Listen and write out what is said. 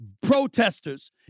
protesters